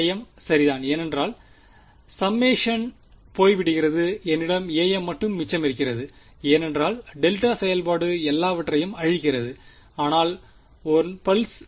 amசரிதான் ஏனெனில்சம்மேஷன் போய்விடுகிறது என்னிடம் am மட்டும் மிச்சமமிருக்கிறது ஏனென்றால் டெல்டா செயல்பாடு எல்லாவற்றையும் அழிக்கிறது ஆனால் 1 பல்ஸ்